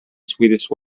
sweetest